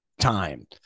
Time